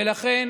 ולכן